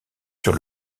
sur